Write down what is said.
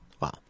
Wow